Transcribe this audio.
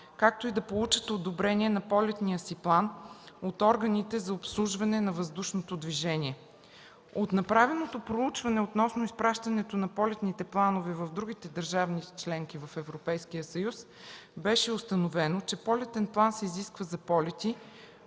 както и да получат одобрение на полетния си план от органите за обслужване на въздушното движение. От направеното проучване относно изпращането на полетните планове в другите държави – членки на Европейския съюз, беше установено, че полетен план се изисква за полети,